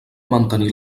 mantenir